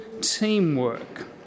teamwork